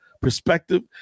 perspective